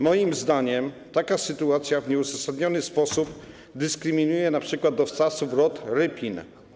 Moim zdaniem taka sytuacja w nieuzasadniony sposób dyskryminuje np. dostawców ROTR Rypin.